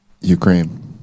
Ukraine